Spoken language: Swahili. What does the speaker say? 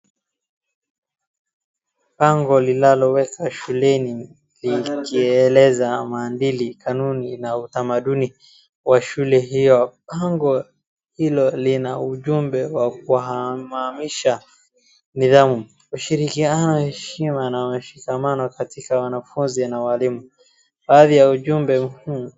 Bango linaloweka shuleni likieleza mandili kanuni na utamaduni wa shule hiyo. Bango hilo lina ujumbe wa kuhamamisha nidhamu, ushirikiano, heshima na mshikamano katika wanafunzi na walimu. Baadhi ya ujumbe muhimu.